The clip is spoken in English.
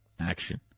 action